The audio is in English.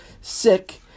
sick